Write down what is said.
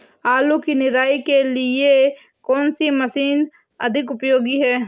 आलू की निराई के लिए कौन सी मशीन अधिक उपयोगी है?